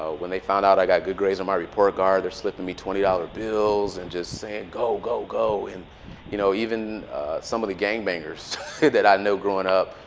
ah when they found out i got good grades on my report card, they're slipping me twenty dollars bills and just saying go, go, go. and you know even some of the gangbangers that i knew growing up,